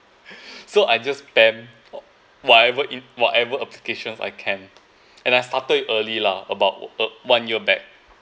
so I just spam whatever whatever applications I can and I started early lah about a one year back